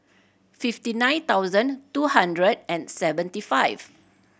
fifty nine thousand two hundred and seventy five